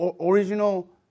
original